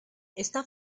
esta